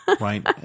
Right